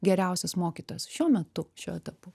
geriausias mokytojas šiuo metu šiuo etapu